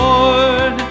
Lord